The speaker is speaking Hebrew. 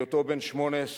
בהיותו בן 18,